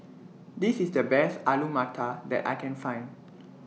This IS The Best Alu Matar that I Can Find